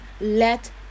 let